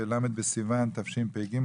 ב-ל' בסיון תשפ"ג,